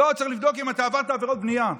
לא, צריך לבדוק אם אתה עברת עבירות בנייה.